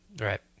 right